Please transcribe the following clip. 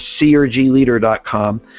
crgleader.com